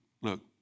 look